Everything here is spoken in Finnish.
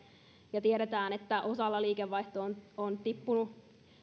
ja tiedetään että osalla liikevaihto on on tippunut